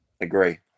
Agree